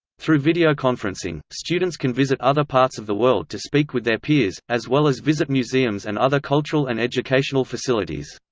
through videoconferencing, students can visit other parts of the world to speak with their peers, as well as visit museums and other cultural and educational facilities.